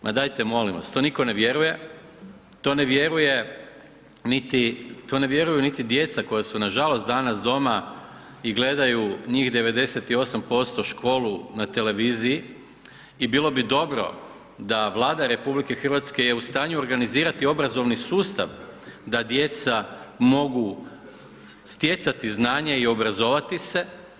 Ma dajte molim vas, to nitko ne vjeruje, to ne vjeruje niti, to ne vjeruju niti djeca koja su nažalost danas doma i gledaju, njih 98% školu na televiziji i bilo bi dobro da Vlada RH je u stanju organizirati obrazovni sustav da djeca mogu stjecati znanje i obrazovati se.